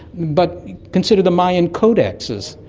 but consider the mayan codices.